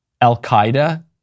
Al-Qaeda